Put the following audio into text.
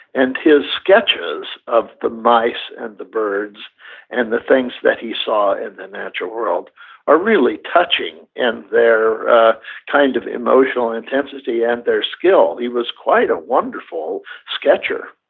and his sketches of the mice and the birds and the things that he saw in the natural world are really touching in their kind of emotional intensity and their skill. he was quite a wonderful sketcher